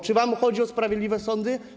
Czy wam chodzi o sprawiedliwe sądy?